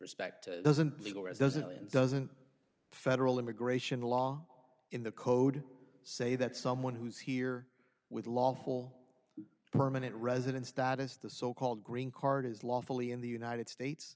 respect doesn't legal resident doesn't federal immigration law in the code say that someone who is here with lawful permanent resident status the so called green card is lawfully in the united states